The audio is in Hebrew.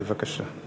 בבקשה.